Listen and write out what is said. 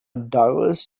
diverse